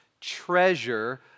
treasure